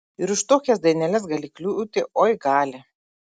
ir už tokias daineles gali kliūti oi gali